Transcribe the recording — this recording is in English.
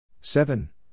Seven